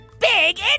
Big